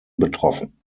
betroffen